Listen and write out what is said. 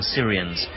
Syrians